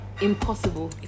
impossible